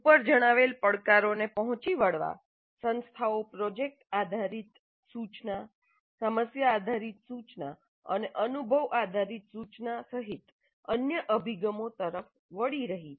ઉપર જણાવેલ પડકારોને પહોંચી વળવા સંસ્થાઓ પ્રોજેક્ટ આધારિત સૂચના સમસ્યા આધારિત સૂચના અને અનુભવ આધારિત સૂચના સહિત અન્ય અભિગમો તરફ વળી રહી છે